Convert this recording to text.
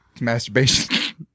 Masturbation